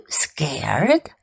scared